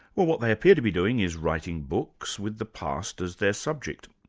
well, what they appear to be doing is writing books with the past as their subject.